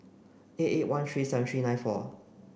eight eight one three seven three nine four